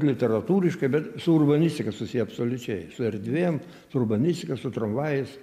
literatūriškai bet su urbanistika susiję absoliučiai su erdvėm su urbanistika su tramvajais